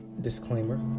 disclaimer